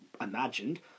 imagined